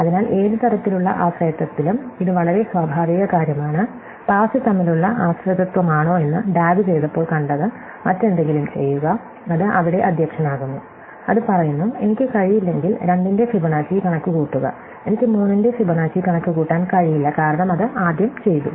അതിനാൽ ഏത് തരത്തിലുള്ള ആശ്രയത്വത്തിലും ഇത് വളരെ സ്വാഭാവിക കാര്യമാണ് പാസ് തമ്മിലുള്ള ആശ്രിതത്വമാണോ എന്ന് ഡാഗ് ചെയ്തപ്പോൾ കണ്ടത് മറ്റെന്തെങ്കിലും ചെയ്യുക അത് അവിടെ അദ്ധ്യക്ഷനാകുന്നു അത് പറയുന്നു എനിക്ക് കഴിയില്ലെങ്കിൽ 2 ന്റെ ഫിബൊനാച്ചി കണക്കുകൂട്ടുക എനിക്ക് 3 ന്റെ ഫിബൊനാച്ചി കണക്കുകൂട്ടാൻ കഴിയില്ല കാരണം അത് ആദ്യം ചെയ്തു